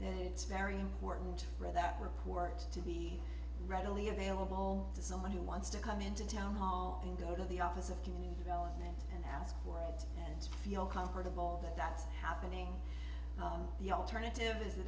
then it's very important for that report to be readily available all design who wants to come into town hall and go to the office of community development and ask for it to feel comfortable that that's happening the alternative is